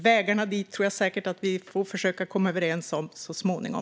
Vägarna dit får vi försöka komma överens om så småningom.